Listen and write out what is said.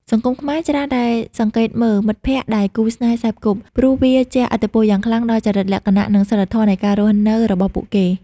សង្គមខ្មែរច្រើនតែសង្កេតមើល "មិត្តភក្តិ" ដែលគូស្នេហ៍សេពគប់ ព្រោះវាជះឥទ្ធិពលយ៉ាងខ្លាំងដល់ចរិតលក្ខណៈ និងសីលធម៌នៃការរស់នៅរបស់ពួកគេ។